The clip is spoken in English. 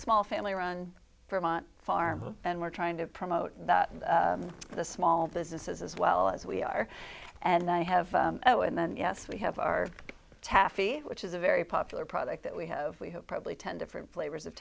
small family run farm and we're trying to promote that in the small businesses as well as we are and i have and then yes we have our taffy which is a very popular product that we have we have probably ten different flavors of